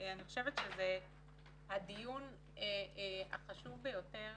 אני חושבת שזה הדיון החשוב ביותר